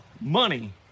Money